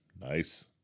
Nice